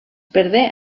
perdé